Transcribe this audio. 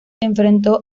enfrentó